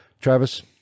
Travis